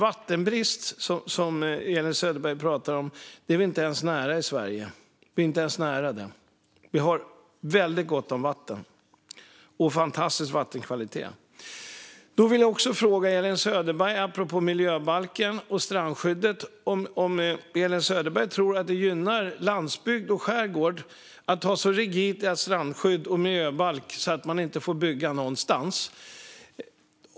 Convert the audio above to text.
Vattenbrist, som Elin Söderberg pratar om, är vi inte ens nära i Sverige. Vi har väldigt gott om vatten och en fantastisk vattenkvalitet. Jag vill också fråga Elin Söderberg apropå miljöbalken och strandskyddet om hon tror att det gynnar landsbygd och skärgård att ha så rigida strandskydd och en så rigid miljöbalk att man inte får bygga någonstans.